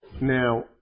Now